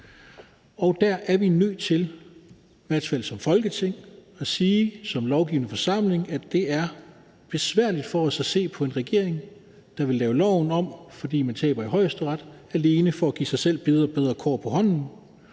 og vi er nødt til, i hvert fald som Folketing, at sige som lovgivende forsamling, at det er besværligt for os at se på en regering, der vil lave loven om, fordi den taber i Højesteret, alene for at give sig selv bedre kort på hånden.